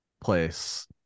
place